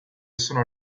sono